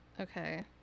Okay